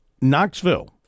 Knoxville